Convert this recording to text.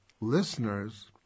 listeners